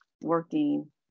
working